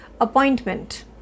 appointment